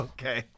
Okay